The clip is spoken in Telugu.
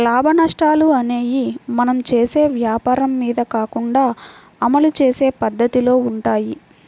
లాభనష్టాలు అనేయ్యి మనం చేసే వ్వాపారం మీద కాకుండా అమలు చేసే పద్దతిలో వుంటయ్యి